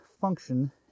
function